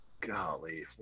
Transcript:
Golly